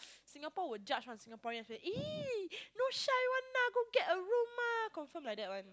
Singapore would judge one Singaporean say !ee! no shy one ah why not lah go get a room confirm like that one